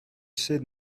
said